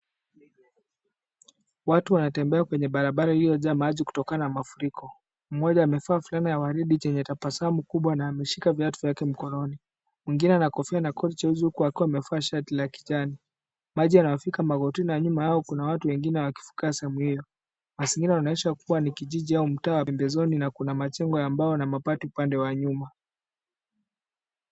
Watu wanatembea kwenye barabara iliyojaa maji kutokana na mafuriko. Mmoja amevaa fulana ya waridi chenye tabasamu kubwa na ameshika viatu zake mkononi. Mwengine ana kofia na koti jeusi huku akiwa amevaa shati la kijani. Maji yanawafika magotini na nyuma yao kuna watu wengine wakivuka sehemu hiyo. Mazingira yanaonyesha kuwa ni kijiji au mtaa wa pembezoni na kuna majengo ya mbao au mabati upande wa nyuma.